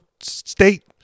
state